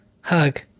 hug